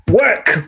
Work